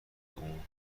اون